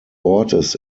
ortes